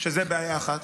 שזו בעיה אחת,